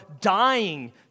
dying